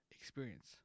experience